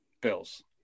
Bills